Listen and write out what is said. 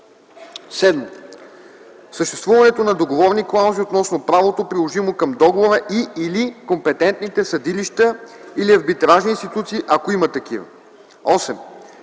7. съществуването на договорни клаузи относно правото, приложимо към договора, и/или компетентните съдилища или арбитражни институции, ако има такива;